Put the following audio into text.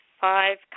five